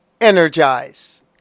energize